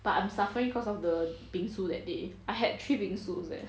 but I'm suffering because of the bingsu that day I had three bingsus leh